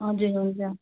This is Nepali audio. हजुर हुन्छ